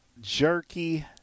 jerky